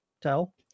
tell